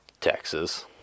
Texas